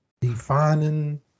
defining